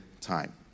time